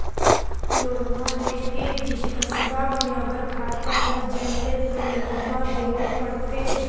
लोनमा लेके बिजनसबा मे अगर घाटा हो जयते तो लोनमा देवे परते?